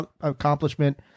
accomplishment